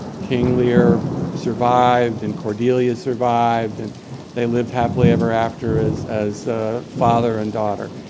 king lear survived, and cordelia survived and they lived happily ever after as as father and daughter.